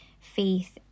faith